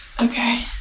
Okay